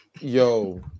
yo